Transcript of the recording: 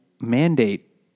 mandate